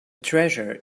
treasure